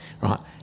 Right